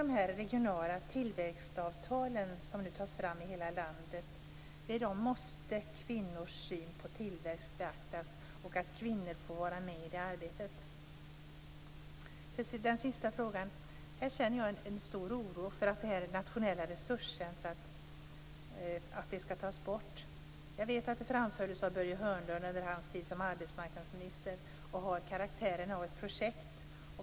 I de regionala tillväxtavtal som nu tas fram i hela landet måste kvinnors syn på tillväxt beaktas, och kvinnor måste få vara med i det arbetet. När det gäller den sista frågan känner jag en stor oro för att det nationella resurscentrumet skall tas bort. Jag vet att det framfördes av Börje Hörnlund under hans tid som arbetsmarknadsminister, och det har karaktären av ett projekt.